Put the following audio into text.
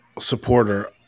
supporter